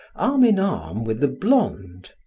arm-in-arm with the blonde.